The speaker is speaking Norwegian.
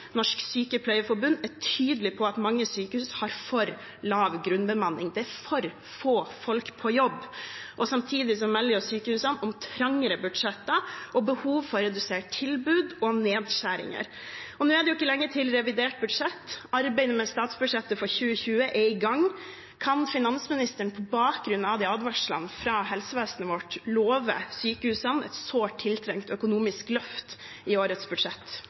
Norsk Sykepleierforbund er tydelig på at mange sykehus har for lav grunnbemanning, det er for få folk på jobb. Samtidig melder sykehusene om trangere budsjetter og behov for redusert tilbud og nedskjæringer. Nå er det jo ikke lenge til revidert budsjett – arbeidet med statsbudsjettet for 2020 er i gang. Kan finansministeren på bakgrunn av de advarslene fra helsevesenet vårt love sykehusene et sårt tiltrengt økonomisk løft i årets budsjett?